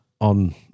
on